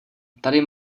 tady